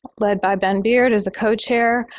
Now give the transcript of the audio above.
led by ben beard as the co-chair.